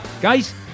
Guys